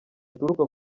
uturuka